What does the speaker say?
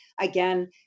Again